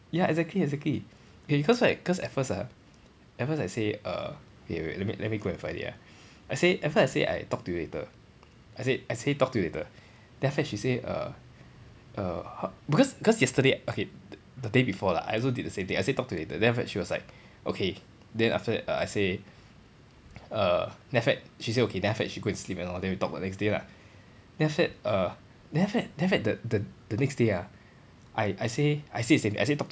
ya exactly exactly eh because right cause at first ah at first I say err K wait let me let me go and find it ah I say at first I say I talk to you later I say I say talk to you later then after that she say err err because cause yesterday okay the day before lah I also did the same thing I said talk to you later then after that she was like okay then after that err I say err then after that she say okay then after that she go and sleep and all then we talk the next day lah then after that uh then after that then after that the the the next day ah I I say I say the same thing I say talk to you